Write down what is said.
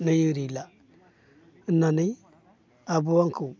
नै ओरै ला होननानै आबौआ आंखौ